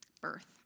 birth